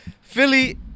Philly